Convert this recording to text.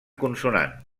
consonant